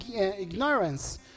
ignorance